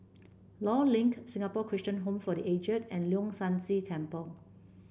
Law Link Singapore Christian Home for The Aged and Leong San See Temple